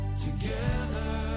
together